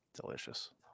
Delicious